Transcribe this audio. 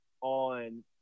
on